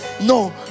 no